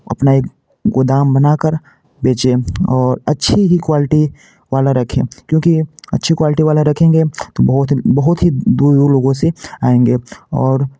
अपना एक गोदाम बनाकर बेचें और अच्छी ही क्वालटी वाला रखें क्योंकि अच्छी क्वालटी वाला रखेंगे तो बहुत ही बहुत ही दूर दूर लोगों से आएँगे और